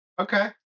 Okay